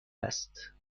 است